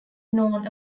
known